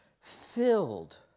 filled